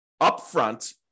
upfront